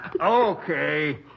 Okay